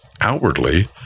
outwardly